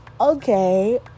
okay